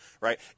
right